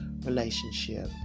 relationship